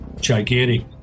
gigantic